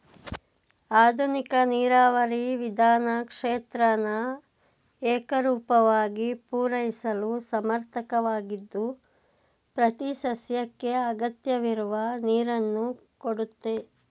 ಆಧುನಿಕ ನೀರಾವರಿ ವಿಧಾನ ಕ್ಷೇತ್ರನ ಏಕರೂಪವಾಗಿ ಪೂರೈಸಲು ಸಮರ್ಥವಾಗಿದ್ದು ಪ್ರತಿಸಸ್ಯಕ್ಕೆ ಅಗತ್ಯವಿರುವ ನೀರನ್ನು ಕೊಡುತ್ತೆ